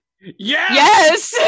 Yes